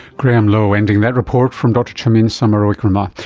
graham lowe ending that report from dr chameen samarawickrama,